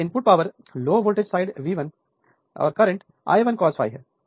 अब input power low voltage side V1 current I1 cos ∅ है